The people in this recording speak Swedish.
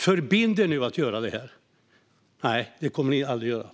Förbind er nu att göra det här! Men det kommer ni aldrig att göra.